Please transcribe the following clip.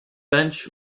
bench